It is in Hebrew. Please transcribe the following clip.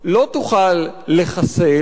לא תוכל לחסל,